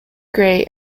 grey